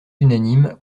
unanimes